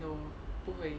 no 不会